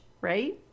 right